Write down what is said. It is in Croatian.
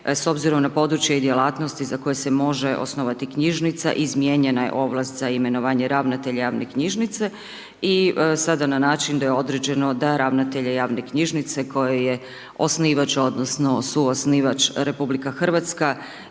s obzirom na područje i djelatnosti za koje se može osnovati knjižnica, izmijenjena je ovlast za imenovanje ravnatelja javne knjižnice i sada na način da je određeno da ravnatelje javne knjižnice kojoj je osnivač odnosno suosnivač RH